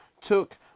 took